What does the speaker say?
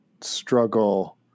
struggle